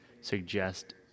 suggest